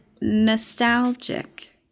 nostalgic